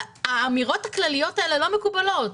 האמירות הכלליות האלה לא מקובלות.